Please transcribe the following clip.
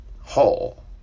Hall